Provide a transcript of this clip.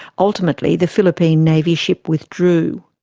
ultimately the philippine navy ship withdrew.